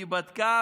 היא בדקה